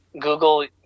Google